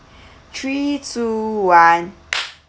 three two one